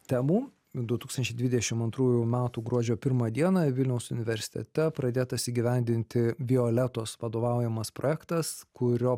temų du tūkstančiai dvidešim antrųjų metų gruodžio pirmą dieną vilniaus universitete pradėtas įgyvendinti violetos vadovaujamas projektas kurio